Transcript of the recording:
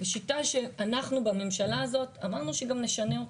בשיטה שאנחנו בממשלה הזאת אמרנו שגם נשנה אותה,